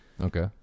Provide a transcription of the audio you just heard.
Okay